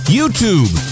YouTube